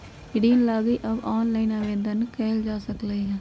ऋण लागी अब ऑनलाइनो आवेदन कएल जा सकलई ह